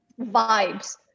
vibes